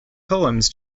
poems